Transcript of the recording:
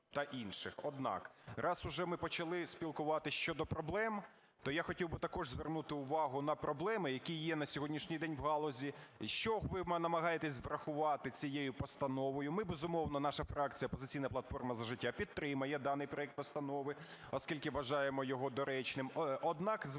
та інших. Однак раз уже ми почали спілкуватися щодо проблем, то я хотів би також звернути увагу на проблеми, які є на сьогоднішній день у галузі і що ви намагаєтесь врахувати цією постановою. Ми, безумовно, наша фракція "Опозиційна платформа – За життя" підтримає даний проект постанови, оскільки вважаємо його доречним.